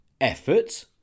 effort